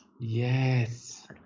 Yes